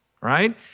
right